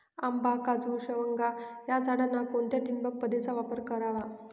आंबा, काजू, शेवगा या झाडांना कोणत्या ठिबक पद्धतीचा वापर करावा?